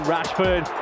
Rashford